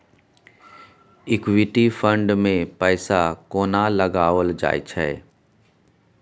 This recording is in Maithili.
इक्विटी फंड मे पैसा कोना लगाओल जाय छै?